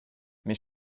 mes